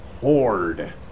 Horde